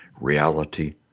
reality